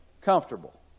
comfortable